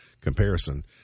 comparison